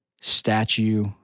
statue